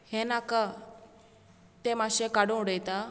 हें नाका तें मात्शें काडून उडयता